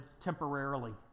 temporarily